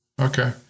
Okay